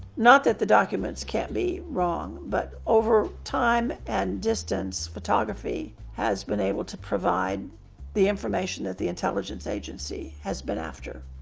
not that the documents can't be wrong, but over time and distance photography has been able to provide the information that the intelligence agency has been after.